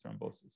thrombosis